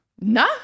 No